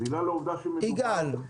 יגאל,